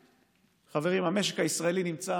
חברים, המשק הישראלי נמצא